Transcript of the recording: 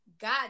god